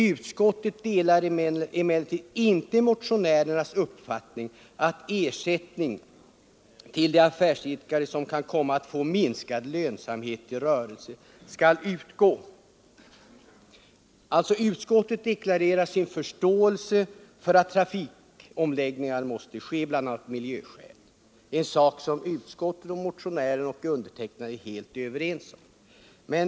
Utskottet delar emellertid inte motionärernas uppfattning att ersättning till de affärsidkare som kan komma att få minskad lönsamhet i rörelse skall utgå.” Utskottet deklarerar sin förståelse för att trafikomläggningar måste ske bl.a. av miljöskäl — en sak som utskottet och motionärerna är helt överens om.